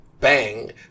bang